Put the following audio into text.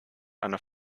einer